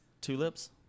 tulips